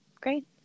great